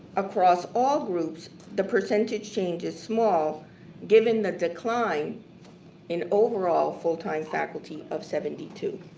across all groups the percentages change is small given the decline in overall full-time faculty of seventy two.